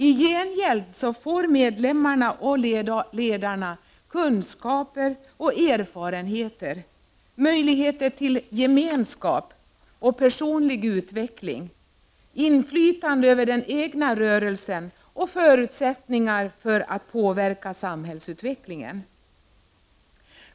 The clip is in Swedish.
I gengäld får medlemmarna och ledarna kunskaper och erfarenheter, möjligheter till gemenskap och personlig utveckling, inflytande över den egna rörelsen och förutsättningar att påverka samhällsutvecklingen.